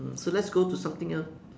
mm so let's go to something else